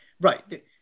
right